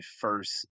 first